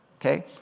Okay